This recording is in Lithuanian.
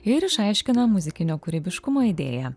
ir išaiškina muzikinio kūrybiškumo idėją